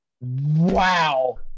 Wow